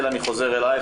אני חוזר לרחל,